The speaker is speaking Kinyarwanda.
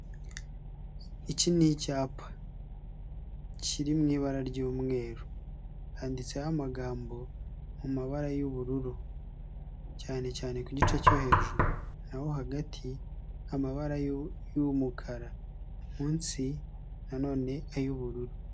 Iki ni icyapa. Kiri mu ibara ry'umweru, handitseho amagambo mu mabara y'ubururu, cyane cyane ku gice cyo hejuru, naho hagati amabara y'umukara munsi nanone ay'ubururu.